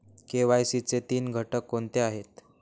KYC चे तीन घटक कोणते आहेत?